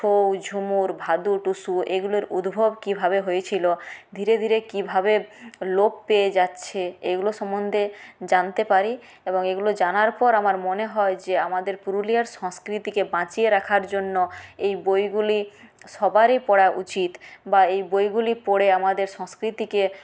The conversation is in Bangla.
ছৌ ঝুমুর ভাদু টুসু এগুলির উদ্ভব কীভাবে হয়েছিলো ধীরে ধীরে কীভাবে লোপ পেয়ে যাচ্ছে এগুলো সম্বন্ধে জানতে পারি এবং এগুলো জানার পর আমার মনে হয় যে আমাদের পুরুলিয়ার সংস্কৃতিকে বাঁচিয়ে রাখার জন্য এই বইগুলি সবারই পড়া উচিত বা এই বইগুলি পড়ে আমাদের সংস্কৃতিকে